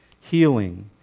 Healing